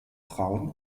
braun